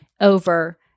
over